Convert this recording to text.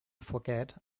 forget